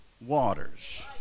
waters